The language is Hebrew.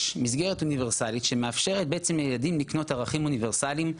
יש מסגרת אוניברסלית שמאפשרת לילדים לקלוט ערכים אוניברסליים,